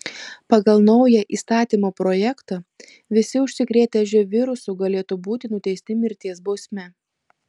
pagal naują įstatymo projektą visi užsikrėtę živ virusu galėtų būti nuteisti mirties bausme